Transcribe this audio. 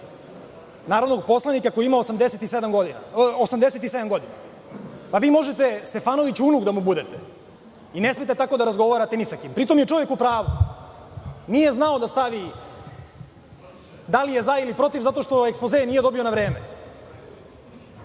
najstarijih kolega koji ima 87 godina. Vi možete, Stefanoviću, unuk da mu budete. Ne smete tako da razgovarate ni sa kim. Pri tom je čovek u pravu. Nije znao da stavi da li je za ili protiv zato što ekspoze nije dobio na vreme.